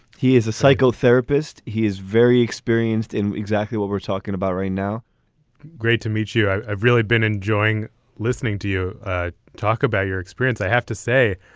he is a psychotherapist. he is very experienced in exactly what we're talking about right now great to meet you. i've really been enjoying listening to you talk about your experience. i have to say,